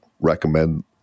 recommend